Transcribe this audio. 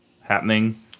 happening